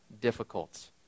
difficult